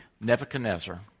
Nebuchadnezzar